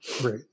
Great